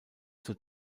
zur